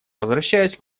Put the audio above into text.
возвращаюсь